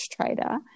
trader